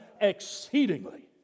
exceedingly